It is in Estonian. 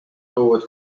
toovad